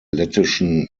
lettischen